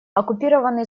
оккупированный